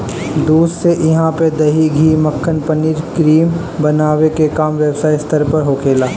दूध से इहा पे दही, घी, मक्खन, पनीर, क्रीम बनावे के काम व्यवसायिक स्तर पे होखेला